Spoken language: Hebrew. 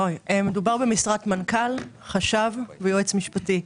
מדובר במשרת מנכ"ל, חשב ויועץ משפטי.